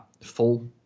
full